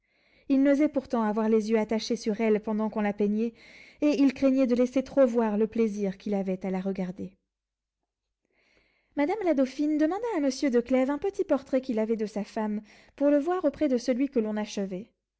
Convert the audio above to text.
il n'osait pourtant avoir les yeux attachés sur elle pendant qu'on la peignait et il craignait de laisser trop voir le plaisir qu'il avait à la regarder madame la dauphine demanda à monsieur de clèves un petit portrait qu'il avait de sa femme pour le voir auprès de celui que l'on achevait